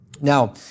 Now